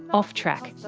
off track.